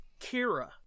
Kira